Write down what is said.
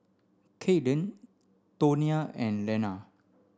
Kaeden Tonia and Lenna